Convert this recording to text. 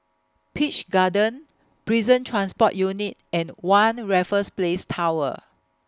Peach Garden Prison Transport Unit and one Raffles Place Tower